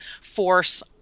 force